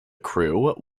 crew